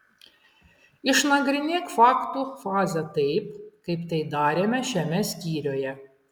išnagrinėk faktų fazę taip kaip tai darėme šiame skyriuje